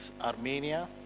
Armenia